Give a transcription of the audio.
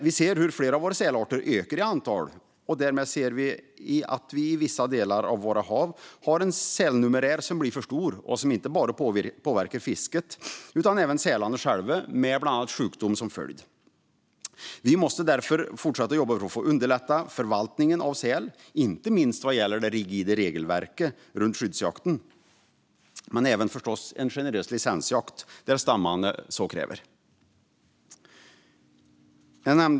Vi ser hur flera av våra sälarter ökar i antal, och därmed ser vi att sälnumerären i vissa delar av våra hav blir för stor. Det påverkar inte bara fisket utan även sälarna själva, med bland annat sjukdom som följd. Vi måste därför fortsätta att jobba för att underlätta förvaltningen av säl, inte minst vad gäller det rigida regelverket runt skyddsjakten. Det gäller förstås även att ha en generös licensjakt där stammarna så kräver.